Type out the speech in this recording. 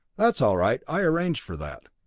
that's all right. i arranged for that.